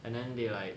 and then they like